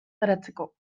geratzeko